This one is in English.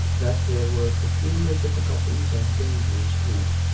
that there were peculiar difficulties and dangers in it,